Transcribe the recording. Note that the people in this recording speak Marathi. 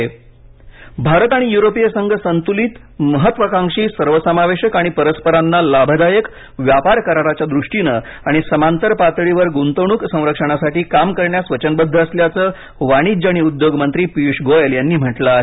पियष गोयल भारत आणि युरोपिय संघ संतुलित महत्वाकांक्षी सर्वसमावेशक आणि परस्परांना लाभदायक व्यापार कराराच्या दृष्टिने आणि समांतर पातळीवर गुंतवणूक संरक्षणासाठी काम करण्यास वचनबद्ध असल्याचं वाणिज्य आणि उद्योग मंत्री पियुष गोयल यांनी म्हटलं आहे